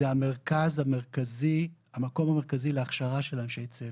זה המקום המרכזי להכשרה של אנשי צוות.